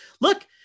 Look